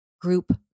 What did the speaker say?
group